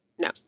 No